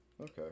Okay